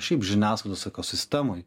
šiaip žiniasklaidos ekosistemoj